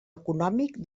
econòmic